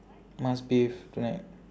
must bathe tonight